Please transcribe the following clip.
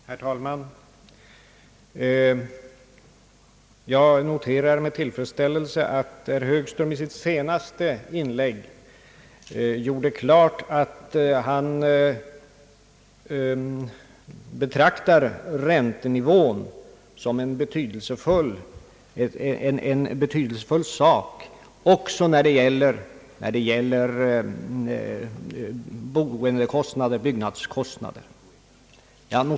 Herr talman! Jag noterar med tillfredsställelse att herr Högström i sitt senaste inlägg klargjorde att han i viss mån betraktar räntenivån som betydelsefull också i fråga om byggnadskostnaderna.